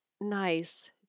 nice